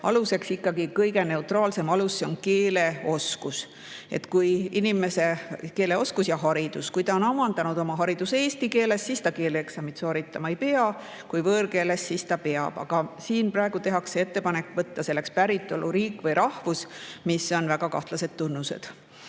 määramiseks ikkagi kõige neutraalsem alus, see on keel ja haridus. Kui ta on omandanud oma hariduse eesti keeles, siis ta keeleeksamit sooritama ei pea, kui võõrkeeles, siis ta peab. Aga siin tehakse ettepanek võtta selleks [aluseks] päritoluriik või rahvus, mis on väga kahtlased tunnused.